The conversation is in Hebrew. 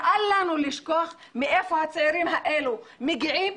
ואל לנו לשכוח מאיפה הצעירים האלה מגיעים,